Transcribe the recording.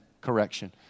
correction